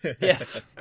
Yes